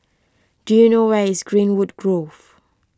do you know where is Greenwood Grove